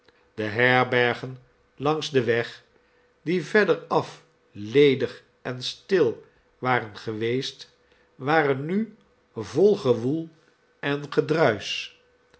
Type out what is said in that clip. de herbergen langs den weg die verderaf ledig en stil waren geweest waren nu vol gewoel en gedruis